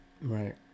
Right